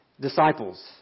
disciples